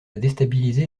déstabiliser